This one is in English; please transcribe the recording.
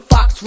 Fox